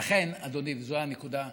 לכן, אדוני, וזו הנקודה,